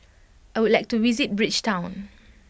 I would like to visit Bridgetown